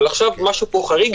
אבל עכשיו משהו פה חריג.